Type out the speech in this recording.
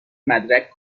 مدرک